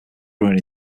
running